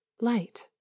light